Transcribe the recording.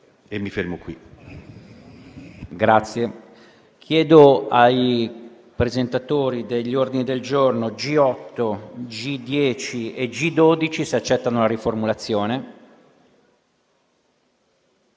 Chiedo ai presentatori degli ordini del giorno G8, G10 e G12 se accettano la riformulazione